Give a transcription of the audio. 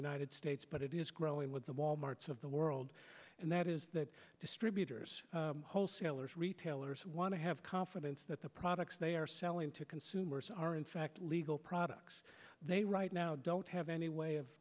united states but it is growing with the wal marts of the world and that is that distributors wholesalers retailers want to have confidence that the products they are selling to consumers are in fact legal products they right now don't have any way of